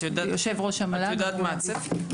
את יודעת מה הצפי?